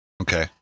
Okay